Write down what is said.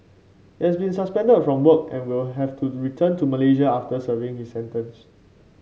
he has been suspended from work and will have to return to Malaysia after serving his sentence